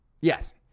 Yes